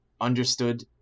understood